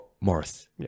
Morris